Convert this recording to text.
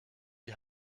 die